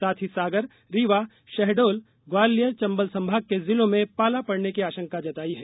साथ ही सागर रीवा शहडोल ग्वालियर चंबल संभाग के जिलों में पाला पड़ने की आशंका जताई है